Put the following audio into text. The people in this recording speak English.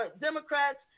Democrats